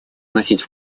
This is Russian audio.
вносить